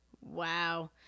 Wow